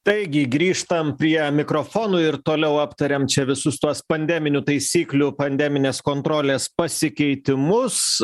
taigi grįžtam prie mikrofonų ir toliau aptariam čia visus tuos pandeminių taisyklių pandeminės kontrolės pasikeitimus